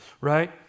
right